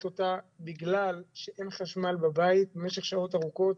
אותה בגלל שאין חשמל בבית במשך שעות ארוכות.